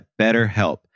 BetterHelp